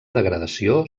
degradació